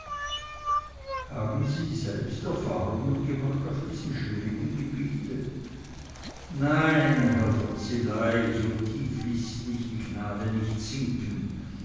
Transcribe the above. haben sie selbst erfahrungen gemacht auf diesem schwierigen gebiete nein herr von szilagy so tief ließ mich die gnade nicht sinken